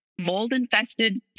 mold-infested